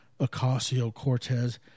Ocasio-Cortez